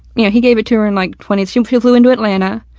you know, he gave it to her in like twenties she flew flew into atlanta,